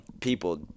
people